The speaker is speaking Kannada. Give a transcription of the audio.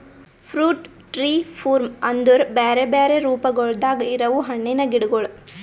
ಫ್ರೂಟ್ ಟ್ರೀ ಫೂರ್ಮ್ ಅಂದುರ್ ಬ್ಯಾರೆ ಬ್ಯಾರೆ ರೂಪಗೊಳ್ದಾಗ್ ಇರವು ಹಣ್ಣಿನ ಗಿಡಗೊಳ್